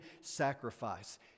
sacrifice